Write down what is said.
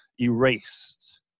erased